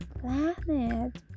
planet